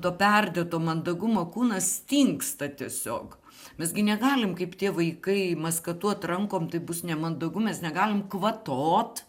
to perdėto mandagumo kūnas stingsta tiesiog mes gi negalim kaip tie vaikai maskatuot rankom tai bus nemandagu mes negalim kvatot